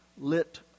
lit